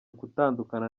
gutandukana